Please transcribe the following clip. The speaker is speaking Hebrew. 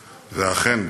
ואכן,